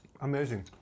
Amazing